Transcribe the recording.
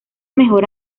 mejor